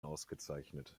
ausgezeichnet